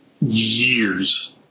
years